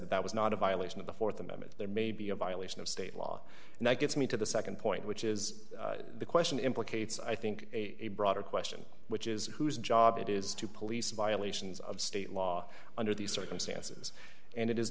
that that was not a violation of the th amendment there may be a violation of state law and that gets me to the nd point which is the question implicates i think a broader question which is whose job it is to police violations of state law under these circumstances and it is